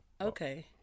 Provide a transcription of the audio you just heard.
Okay